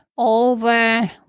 over